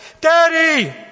Daddy